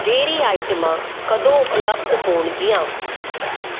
dairy ਆਈਟਮਾਂ ਕਦੋਂ ਉਪਲਬਧ ਹੋਣਗੀਆਂ